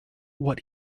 what